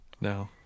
No